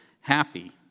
happy